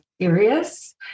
serious